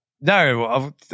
no